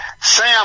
Sam